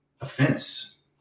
offense